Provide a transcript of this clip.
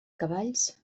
cavalls